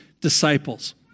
disciples